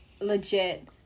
legit